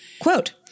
Quote